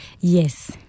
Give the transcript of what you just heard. Yes